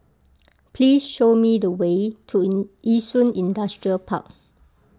please show me the way to Yishun Industrial Park